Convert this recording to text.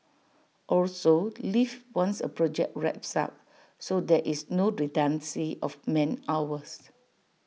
also leave once A project wraps up so there is no redundancy of man hours